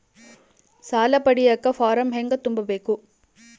ಸಾಲ ಪಡಿಯಕ ಫಾರಂ ಹೆಂಗ ತುಂಬಬೇಕು?